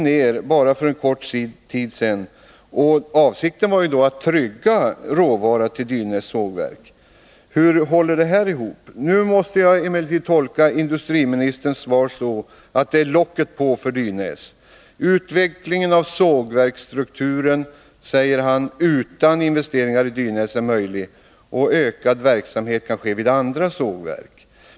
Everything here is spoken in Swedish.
För kort tid sedan lades vidare Ramviks sågverk ned, och avsikten var då att detta skulle trygga Dynäs försörjning med råvara. Hur går detta ihop? Jag måste tolka industriministerns svar i dag så att det innebär ”locket på” för Dynäs. Han säger att en utveckling av sågverksstrukturen är möjlig utan investeringar i Dynäs och att ökning av verksamheten kan ske vid andra sågverk.